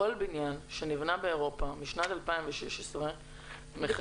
כול בניין שנבנה באירופה משנת 2016 -- לפני